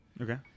Okay